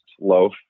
loaf